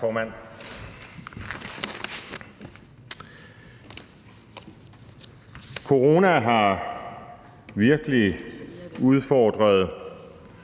Corona har virkelig udfordret